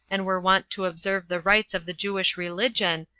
and were wont to observe the rites of the jewish religion,